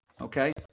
Okay